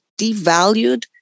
devalued